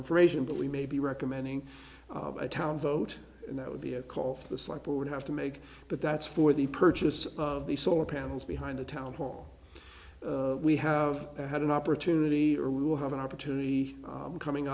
information but we may be recommending a town vote and that would be a call for the cycle would have to make but that's for the purchase of the solar panels behind the town hall we have had an opportunity or we will have an opportunity coming